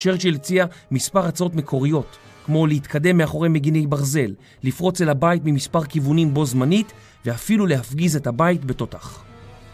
צ'רצ'ל הציע מספר הצעות מקוריות, כמו להתקדם מאחורי מגיני ברזל, לפרוץ אל הבית ממספר כיוונים בו זמנית, ואפילו להפגיז את הבית בתותח.